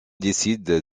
décide